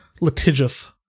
litigious